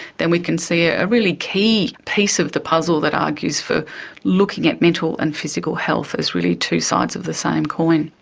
then we can see a really key piece of the puzzle that argues for looking at mental and physical health as really two sides of the same coin.